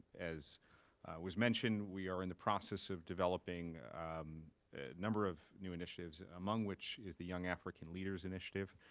as was mentioned, we are in the process of developing a number of new initiatives, among which is the young african leaders initiative.